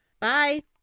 bye